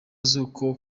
z’uko